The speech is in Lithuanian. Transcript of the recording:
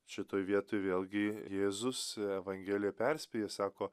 šitoj vietoj vėlgi jėzus evangelija perspėja sako